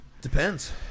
Depends